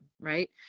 right